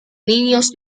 niños